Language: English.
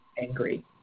angry